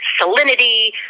salinity